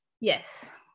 Yes